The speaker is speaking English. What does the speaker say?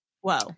Whoa